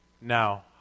Now